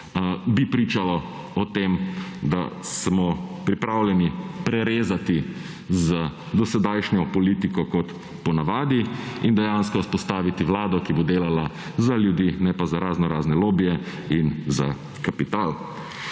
bi pričalo o tem, da smo pripravljeni prerezati z dosedajšnjo politiko, kot ponavadi in dejansko vzpostaviti Vlado, ki bo delala za ljudi, ne pa za raznorazne lobije in za kapital.